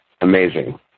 amazing